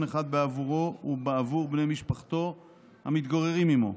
אחד בעבורו ובעבור בני משפחתו המתגוררים עימו.